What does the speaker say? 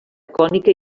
cònica